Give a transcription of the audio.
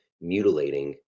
mutilating